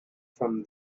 from